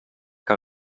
que